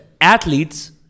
Athletes